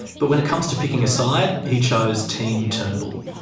but when it comes to picking a side, he chose team turnbull.